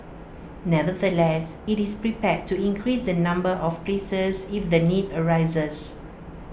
nevertheless IT is prepared to increase the number of places if the need arises